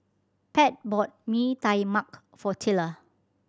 Pat bought Bee Tai Mak for Tilla